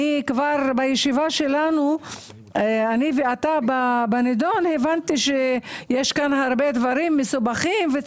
בישיבה שלנו בנדון הבנתי שיש כאן הרבה דברים מסובכים,